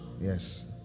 Yes